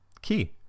key